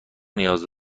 نیاز